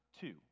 two